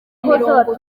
mirongo